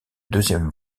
deuxième